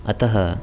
अतः